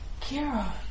Kira